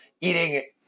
eating